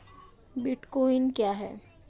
Bitcoin क्या है?